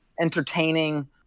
entertaining